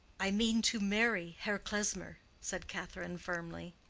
i mean to marry herr klesmer, said catherine, firmly.